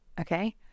okay